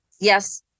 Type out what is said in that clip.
yes